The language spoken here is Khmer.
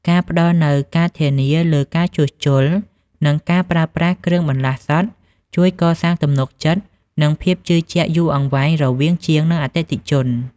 ការផ្តល់នូវការធានាលើការជួសជុល និងការប្រើប្រាស់គ្រឿងបន្លាស់សុទ្ធ ជួយកសាងទំនុកចិត្ត និងភាពជឿជាក់យូរអង្វែងរវាងជាង និងអតិថិជន។